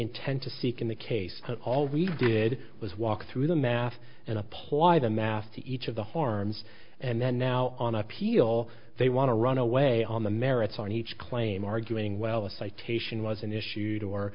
intend to seek in the case always did it was walk through the math and apply the math to each of the harms and then now on appeal they want to run away on the merits on each claim arguing well the citation